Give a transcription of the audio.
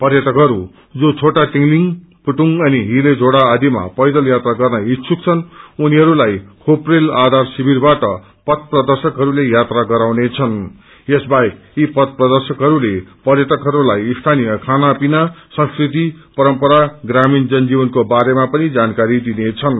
पर्यटकहरू जो छोटा टिंगलिंग पुटुङ अनि हिले झोड़ा आदिमा पैदल यात्रा गर्न इच्छुक छन् उनीहरूलाई खोपरेल आधार श्शिविरबाट पाप्रिदश्रकहरूले यात्रा गराउने छन् यसबाहेक यी पथप्रदर्शकहरूले पर्यटकहरूलाई स्थानीय खानापिना संस्कृति परम्परा ग्रामीण जनजीवनको बारेमा पनि जानकारी दिनेछन्